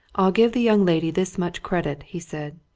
i'll give the young lady this much credit, he said.